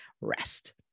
rest